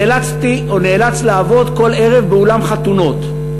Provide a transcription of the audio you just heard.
נאלץ לעבוד כל ערב באולם חתונות.